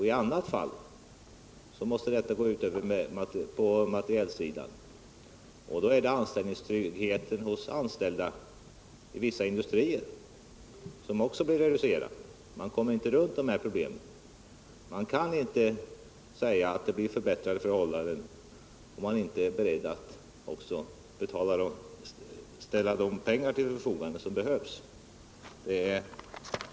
I annat fall måste nedskärningen gå ut över materielsidan, och då är det i stället anställningstryggheten för personalen i vissa industrier som blir reducerad. Man kommer inte förbi dessa problem. Man kan inte säga att det blir förbättrade förhållanden, om man inte också är beredd att ställa behövliga medel till förfogande.